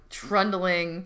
trundling